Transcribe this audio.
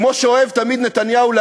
כמו שנתניהו אוהב תמיד להגיד,